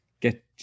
get